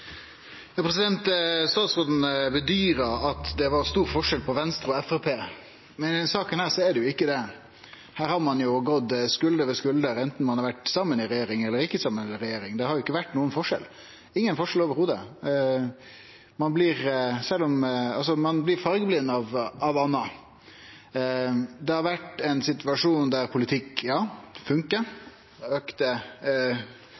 det ikkje det. Her har ein stått skulder ved skulder, anten ein har vore saman i regjering eller ikkje. Det har ikkje vore nokon forskjell – ingen forskjell i det heile. Ein blir fargeblind av anna. Det har vore ein situasjon der politikk